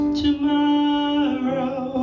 tomorrow